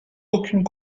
aucune